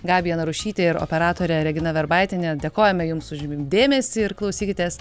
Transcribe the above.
gabija narušytė ir operatorė regina verbaitienė dėkojame jums už dėmesį ir klausykitės